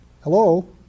Hello